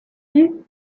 you